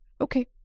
Okay